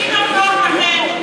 מה שלא נוח, לא כוונת המחוקק.